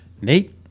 nate